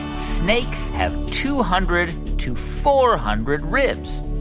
snakes have two hundred to four hundred ribs?